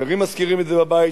אחרים מזכירים את זה בבית,